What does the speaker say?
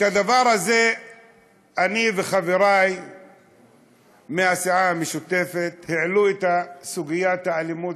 אני וחברי מהסיעה המשותפת העלינו את סוגיית האלימות